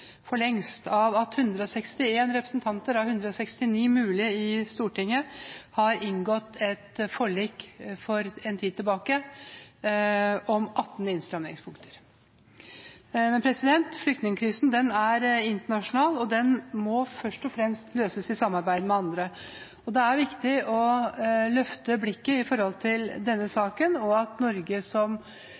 for lengst innhentet av at 161 av 169 representanter i Stortinget har inngått et forlik for en tid siden om 18 innstrammingspunkter. Flyktningkrisen er internasjonal, og den må først og fremst løses i samarbeid med andre. Det er viktig å løfte blikket i denne saken, og